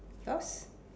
yours